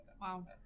Wow